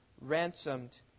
ransomed